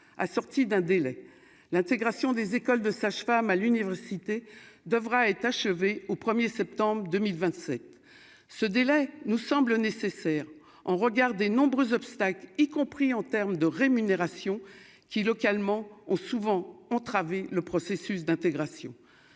assortie d'un délai l'intégration des écoles de sages-femmes à l'université devra être achevé au 1er septembre 2027 ce délai nous semble nécessaire en regard des nombreux obstacles, y compris en terme de rémunération qui, localement, ont souvent entravé le processus d'intégration,